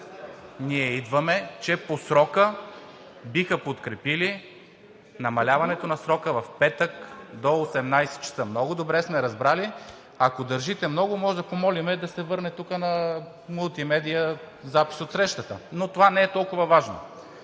Ние идваме!“, че по срока биха подкрепили намаляването на срока – петък до 18,00 ч. Много добре сме разбрали, а ако много държите, може да помолим да се върне мултимедийният запис от срещата. Но това не е толкова важно.